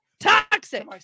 Toxic